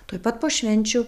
tuoj pat po švenčių